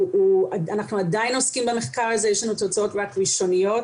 אנחנו עדיין עוסקים במחקר הזה ויש לנו תוצאות ראשוניות,